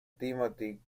timothy